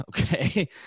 okay